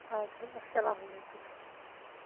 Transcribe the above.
ادٕ حظ اسلامُ علیکُم